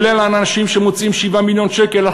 כולל האנשים שמוציאים 7 מיליון שקלים על